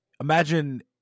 imagine